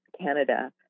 Canada